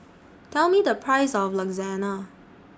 Tell Me The Price of Lasagna